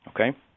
Okay